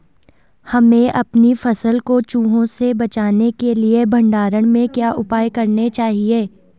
हमें अपनी फसल को चूहों से बचाने के लिए भंडारण में क्या उपाय करने चाहिए?